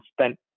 spent